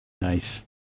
nice